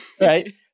Right